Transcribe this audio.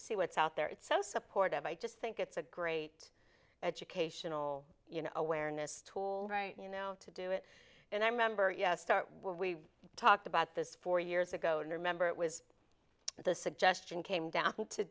see what's out there it's so supportive i just think it's a great educational you know awareness tool right you know to do it and i remember yes start where we talked about this four years ago and remember it was the suggestion came down to